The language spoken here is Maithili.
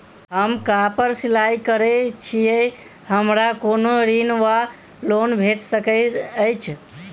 हम कापड़ सिलाई करै छीयै हमरा कोनो ऋण वा लोन भेट सकैत अछि?